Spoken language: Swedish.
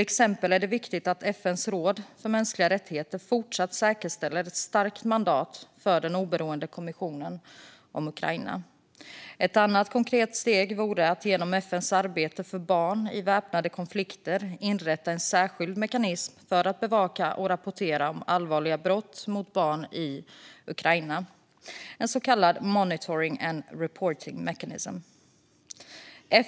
Det är viktigt att FN:s råd för mänskliga rättigheter fortsatt säkerställer ett starkt mandat för den oberoende kommissionen om Ukraina. Ett annat konkret steg vore att genom FN:s arbete för barn i väpnade konflikter inrätta en särskild mekanism för att bevaka och rapportera om allvarliga brott mot barn i Ukraina - en så kallad monitoring and reporting mechanism.